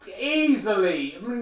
easily